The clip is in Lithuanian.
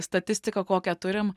statistiką kokią turim